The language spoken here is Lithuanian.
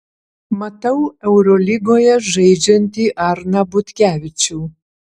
matau eurolygoje žaidžiantį arną butkevičių